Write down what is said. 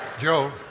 Joe